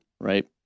Right